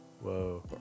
Whoa